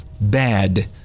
bad